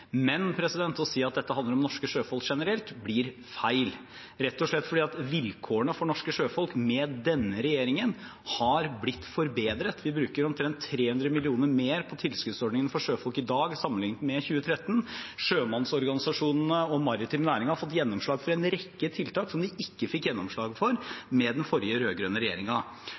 Men å si at dette handler om norske sjøfolk generelt, blir feil, rett og slett fordi vilkårene for norske sjøfolk med denne regjeringen har blitt forbedret – vi bruker omtrent 3 mill. kr mer på tilskuddsordninger for sjøfolk i dag sammenlignet med 2013. Sjømannsorganisasjonene og maritim næring har fått gjennomslag for en rekke tiltak som de ikke fikk gjennomslag for med den forrige,